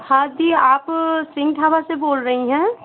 हाँ जी आप सिंघ ढाबा से बोल रही हैं